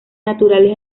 naturales